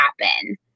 happen